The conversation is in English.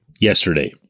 yesterday